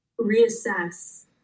reassess